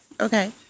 Okay